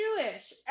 Jewish